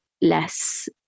less